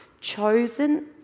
chosen